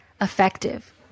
effective